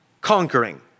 conquering